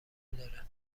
داره